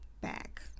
back